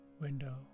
window